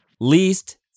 least